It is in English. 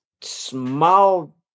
small